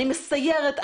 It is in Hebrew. אני מסיירת,